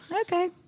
Okay